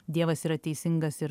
dievas yra teisingas ir